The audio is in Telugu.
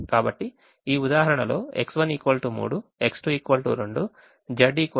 కాబట్టి ఈ ఉదాహరణలో X1 3 X2 2 Z 18 వాంఛనీయమైనది